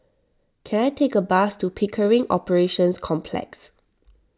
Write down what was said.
can I take a bus to Pickering Operations Complex